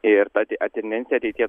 ir tad atminti ateityje